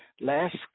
Last